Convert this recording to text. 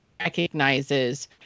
recognizes